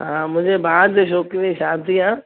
हा मुंहिंजे भाउ जे छोकिरे जी शादी आहे